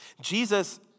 Jesus